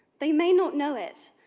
they may not know it,